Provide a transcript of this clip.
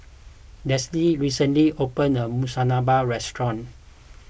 Delsie recently opened a new Monsunabe restaurant